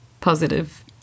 positive